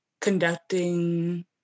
conducting